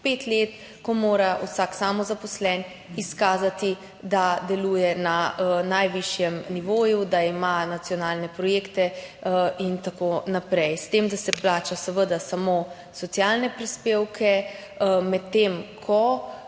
pet let, ko mora vsak samozaposleni izkazati, da deluje na najvišjem nivoju, da ima nacionalne projekte in tako naprej. S tem da se plača seveda samo socialne prispevke, medtem ko